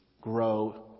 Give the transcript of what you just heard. grow